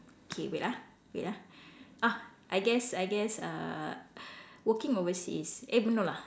K wait ah wait ah ah I guess I guess uh working overseas eh no lah